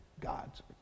gods